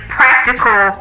practical